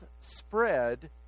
spread